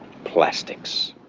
plastics.